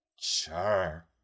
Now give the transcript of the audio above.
Sure